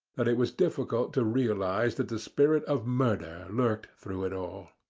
that it was difficult to realize that the spirit of murder lurked through it all.